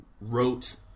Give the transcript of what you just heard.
wrote